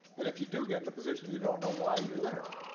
and if you do get the position, you don't know why you're there,